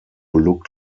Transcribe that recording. look